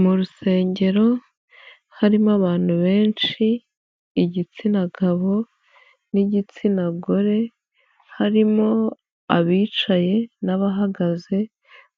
Mu rusengero harimo abantu benshi igitsina gabo n'igitsina gore, harimo abicaye n'abahagaze